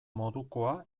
modukoa